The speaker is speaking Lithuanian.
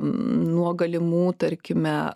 nuo galimų tarkime